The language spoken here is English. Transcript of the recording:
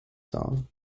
song